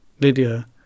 Lydia